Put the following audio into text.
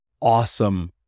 awesome